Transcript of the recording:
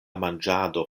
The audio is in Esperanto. manĝado